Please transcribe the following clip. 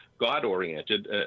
God-oriented